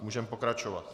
Můžeme pokračovat.